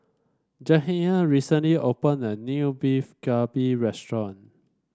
Jaheim recently opened a new Beef Galbi restaurant